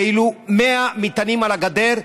100 מטענים על הגדר,